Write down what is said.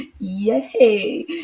yay